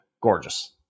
gorgeous